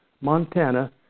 Montana